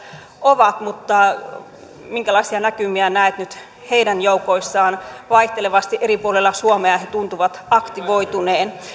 ovat minkälaisia näkymiä näette nyt heidän joukoissaan vaihtelevasti eri puolilla suomea he tuntuvat aktivoituneen